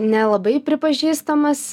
nelabai pripažįstamas